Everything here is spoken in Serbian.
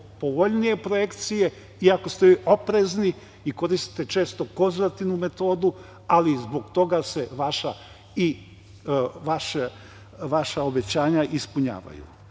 povoljnije projekcije, iako ste oprezni i koristite često konzervativnu metodu, ali zbog toga se vaša obećanja ispunjavaju. Na